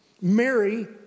Mary